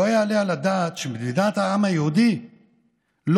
לא יעלה על הדעת שבמדינת העם היהודי לא